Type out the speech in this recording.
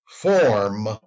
form